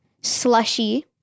Slushy